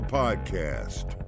podcast